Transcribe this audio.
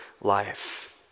life